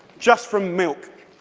just from milk.